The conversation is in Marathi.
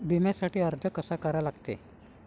बिम्यासाठी अर्ज कसा करा लागते?